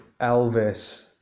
Elvis